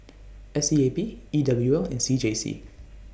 S E A B E W L and C J C